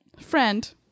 friend